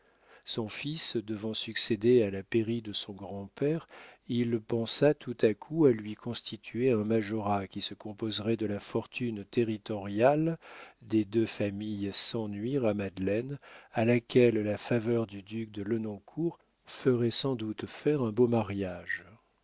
son fils devant succéder à la pairie de son grand-père il pensa tout à coup à lui constituer un majorat qui se composerait de la fortune territoriale des deux familles sans nuire à madeleine à laquelle la faveur du duc de lenoncourt ferait sans doute faire un beau mariage